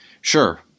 sure